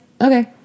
Okay